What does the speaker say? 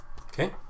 Okay